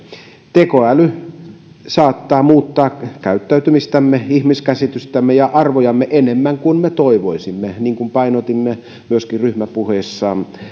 tekoäly saattaa muuttaa käyttäytymistämme ihmiskäsitystämme ja arvojamme enemmän kuin me toivoisimme niin kuin painotimme myöskin ryhmäpuheessa